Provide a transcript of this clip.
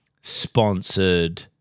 sponsored